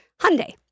Hyundai